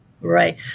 Right